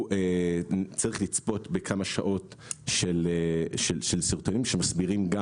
הוא צריך לצפות בכמה שעות של סרטונים שמסבירים גם